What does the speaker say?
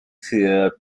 für